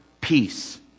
peace